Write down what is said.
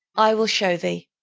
i will show thee.